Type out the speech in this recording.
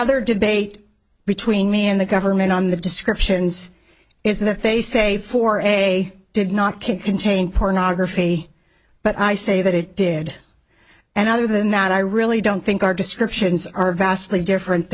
other debate between me and the government on the descriptions is that they say for a did not contain pornography but i say that it did and other than that i really don't think our descriptions are vastly different